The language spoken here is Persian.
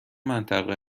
منطقه